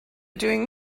doing